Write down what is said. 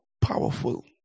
powerful